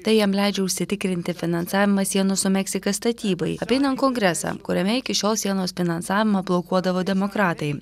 tai jam leidžia užsitikrinti finansavimą sienos su meksika statybai apeinant kongresą kuriame iki šiol sienos finansavimą blokuodavo demokratai